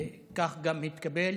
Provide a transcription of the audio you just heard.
וכך גם התקבל.